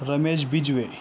Ramesh Bijwe